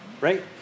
Right